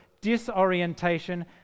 disorientation